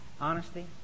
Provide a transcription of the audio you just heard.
Honesty